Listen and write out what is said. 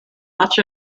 much